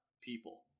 people